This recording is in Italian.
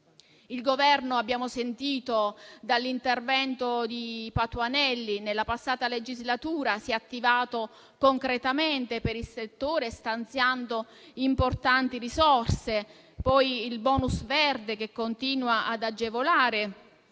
Il Governo, come abbiamo sentito dall'intervento del senatore Patuanelli, nella passata legislatura si è attivato concretamente per il settore, stanziando importanti risorse, poi c'è il *bonus* verde, che continua ad agevolare